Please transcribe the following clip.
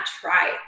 try